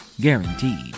Guaranteed